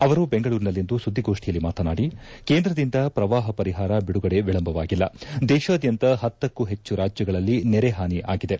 ಅವರು ಬೆಂಗಳೂರಿನಲ್ಲಿಂದು ಸುದ್ದಿಗೋಷ್ಠಿಯಲ್ಲಿ ಮಾತನಾಡಿ ಕೇಂದ್ರದಿಂದ ಪ್ರವಾಹ ಪರಿಹಾರ ಬಿದುಗಡೆ ವಿಳಂಬವಾಗಿಲ್ಲ ದೇಶಾದ್ಯಂತ ಹತ್ತಕ್ಕೂ ಹೆಚ್ಚು ರಾಜ್ಯಗಳಲ್ಲಿ ನೆರೆಹಾನಿ ಆಗಿದೆ